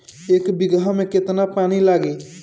एक बिगहा में केतना पानी लागी?